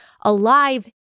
alive